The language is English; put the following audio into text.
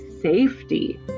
safety